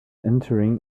entering